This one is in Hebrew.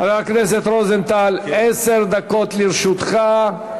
חבר הכנסת רוזנטל, עשר דקות לרשותך.